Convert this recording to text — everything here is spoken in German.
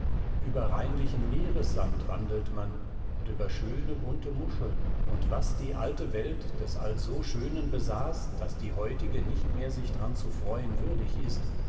über reinlichen meeressand wandelt man und über schöne bunte muscheln und was die alte welt des also schönen besaß daß die heutige nicht mehr sich dran zu freuen würdig ist